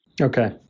Okay